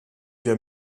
wir